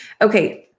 Okay